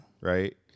right